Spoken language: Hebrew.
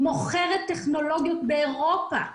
מוכרת טכנולוגיות באירופה.